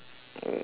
uh